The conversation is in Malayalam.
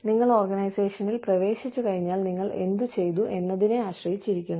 നിങ്ങൾ ഓർഗനൈസേഷനിൽ പ്രവേശിച്ചു കഴിഞ്ഞാൽ നിങ്ങൾ എന്ത് ചെയ്തു എന്നതിനെ ആശ്രയിച്ചിരിക്കുന്നു